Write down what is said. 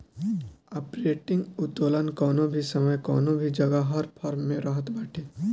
operating उत्तोलन कवनो भी समय कवनो भी जगह हर फर्म में रहत बाटे